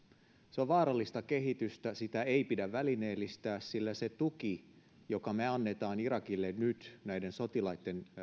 se on vaarallista kehitystä sitä ei pidä välineellistää sillä se tuki jonka me annamme irakille nyt näiden sotilaitten